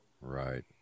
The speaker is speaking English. Right